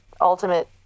ultimate